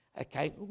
Okay